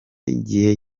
gihe